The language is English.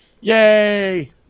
Yay